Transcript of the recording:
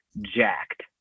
jacked